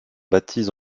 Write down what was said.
baptise